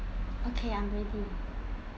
okay I'm ready okay so yes